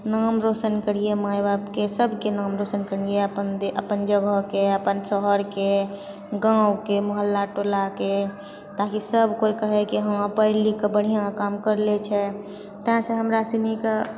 नाम रोशन करिऐ माय बापके सबके नाम रोशन करिऐ अपन जगहके अपन शहरके गाँवके मोहल्ला टोलाके ताकि सब केओ कहे हँ पढ़िलिखके बढ़िआँ काम करलै छै ताहिसँ हमरा सनीके